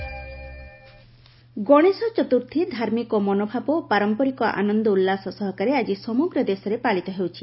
ଗଣେଶ ଚତୁର୍ଥୀ ଗଣେଶ ଚତୁର୍ଥୀ ଧାର୍ମିକ ମନୋଭାବ ଓ ପାରମ୍ପରିକ ଆନନ୍ଦ ଉଲ୍ଲାସ ସହକାରେ ଆଜି ସମଗ୍ର ଦେଶରେ ପାଳିତ ହେଉଛି